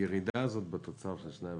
הירידה בתוצר ב-2.5%,